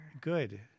Good